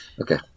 Okay